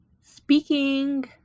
Speaking